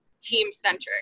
team-centric